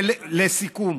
לסיכום,